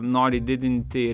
nori didinti